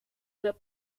the